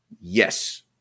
yes